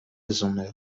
summe